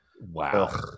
wow